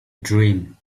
dream